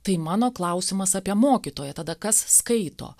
tai mano klausimas apie mokytoją tada kas skaito